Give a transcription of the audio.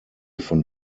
von